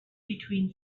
between